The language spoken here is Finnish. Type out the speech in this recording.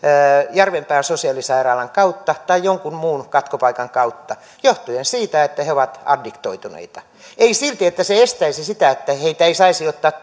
järvenpään sosiaalisairaalan kautta tai jonkun muun katkopaikan kautta johtuen siitä että he ovat addiktoituneita ei silti että se tarkoittaisi sitä että heitä ei saisi ottaa